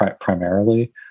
primarily